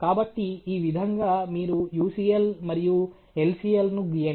కాబట్టి ఈ విధంగా మీరు UCL మరియు LCL ను గీయండి